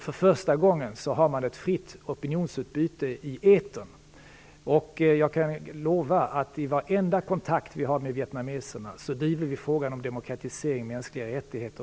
För första gången har man ett fritt opinionsutbyte i etern. Jag kan lova att vi i varenda kontakt som vi har med vietnameserna också driver frågan om demokratisering och mänskliga rättigheter.